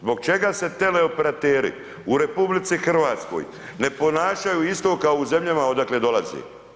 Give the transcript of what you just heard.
Zbog čega se teleoperateri u RH, ne ponašaju isto kao u zemljama, odakle dolazi?